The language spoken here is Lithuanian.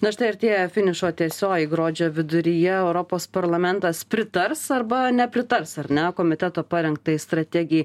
na štai artėja finišo tiesioji gruodžio viduryje europos parlamentas pritars arba nepritars ar ne komiteto parengtai strategijai